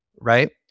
right